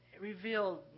revealed